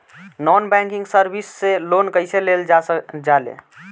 Non banking service से loan कैसे लेल जा ले?